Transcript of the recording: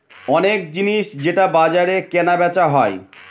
অনেক জিনিস যেটা বাজারে কেনা বেচা হয়